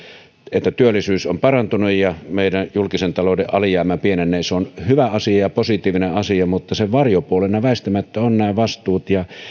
että työllisyys on parantunut ja meidän julkisen talouden alijäämä pienenee se on hyvä asia ja positiivinen asia mutta sen varjopuolena väistämättä ovat nämä vastuut